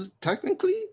Technically